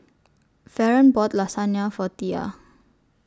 Faron bought Lasagne For Tia